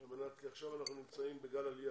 כי עכשיו אנחנו נמצאים בגל עלייה,